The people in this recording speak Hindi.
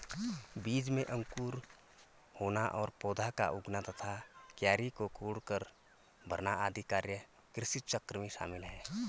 बीज में अंकुर होना और पौधा का उगना तथा क्यारी को कोड़कर भरना आदि कार्य कृषिचक्र में शामिल है